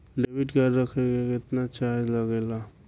Debit card रखे के केतना चार्ज लगेला?